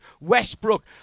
Westbrook